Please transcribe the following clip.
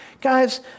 Guys